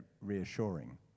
reassuring